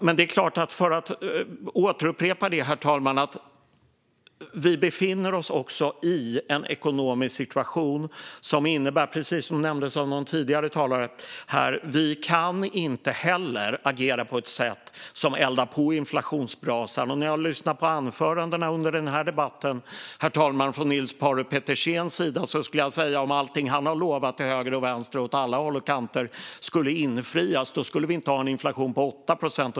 Men jag upprepar, herr talman, att vi också befinner oss i en ekonomisk situation som innebär att vi, som någon nämnde här tidigare, inte heller kan agera på ett sätt som eldar på inflationsbrasan. Efter att ha lyssnat på Niels Paarup-Petersens anföranden i den här debatten skulle jag säga att om allt han har lovat åt höger och vänster och alla håll och kanter skulle infrias, då skulle vi inte ha en inflation på 8 procent.